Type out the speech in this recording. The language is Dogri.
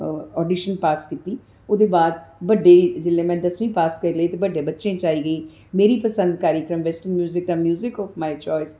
आडॅिशन पास कीती ओह्दे बाद जिसलै में दसमीं पास करी लेई ते बड़्ड़े बच्चें च आई गेई मेरी पसंद कार्यक्रम च वैस्ट म्यूज़िक दा म्यूज़िक आफ माई चाईॅस